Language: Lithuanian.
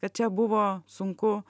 kad čia buvo sunku